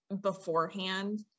beforehand